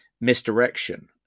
misdirection